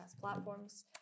platforms